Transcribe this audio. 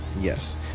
Yes